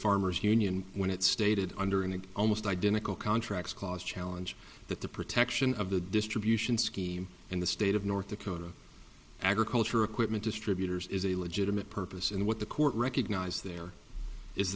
farmers union when it stated under an almost identical contract clause challenge that the protection of the distribution scheme in the state of north dakota agriculture equipment distributors is a legitimate purpose and what the court recognized there is